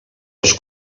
els